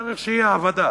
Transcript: צריך שתהיה "עבדה".